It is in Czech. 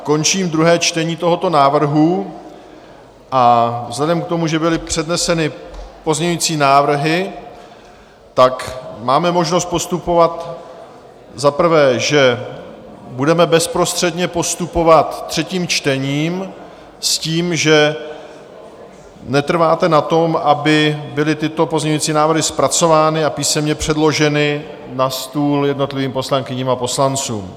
Končím druhé čtení tohoto návrhu a vzhledem k tomu, že byly předneseny pozměňující návrhy, máme možnost postupovat za prvé, že budeme bezprostředně pokračovat třetím čtením s tím, že netrváte na tom, aby byly tyto pozměňující návrhy zpracovány a písemně předloženy na stůl jednotlivým poslankyním a poslancům.